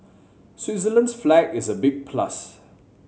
Switzerland's flag is a big plus